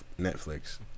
Netflix